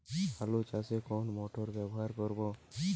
আলু চাষে কোন মোটর ব্যবহার করব?